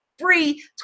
free